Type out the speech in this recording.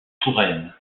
touraine